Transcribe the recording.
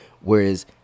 Whereas